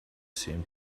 same